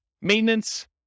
Maintenance